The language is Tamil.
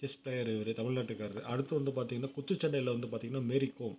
செஸ் ப்ளேயர் இவரு தமிழ்நாட்டுக்கார்ரு அடுத்து வந்து பார்த்தீங்கன்னா குத்துச்சண்டையில் வந்து பார்த்தீங்கன்னா மாரி கோம்